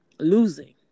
losing